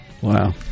Wow